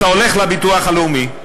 אתה הולך לביטוח הלאומי,